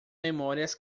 memórias